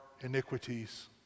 iniquities